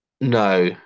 No